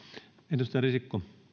arvoisa